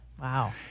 Wow